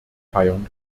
feiern